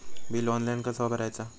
Bill online कसा भरायचा?